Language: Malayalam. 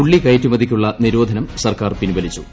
ഉള്ളി കയറ്റുമതിയ്ക്കുള്ള നീരോധനം സർക്കാർ പിൻവലിച്ചു